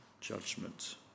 judgment